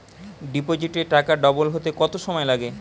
ডিপোজিটে টাকা ডবল হতে কত সময় লাগে?